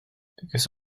because